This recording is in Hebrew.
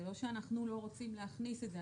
זה לא שאנחנו לא רוצים להכניס את זה.